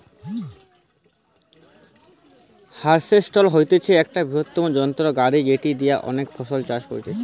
harvester হতিছে একটা বৃহত্তম যন্ত্র গাড়ি যেটি দিয়া অনেক ফসল চাষ করতিছে